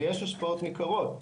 ויש השפעות ניכרות.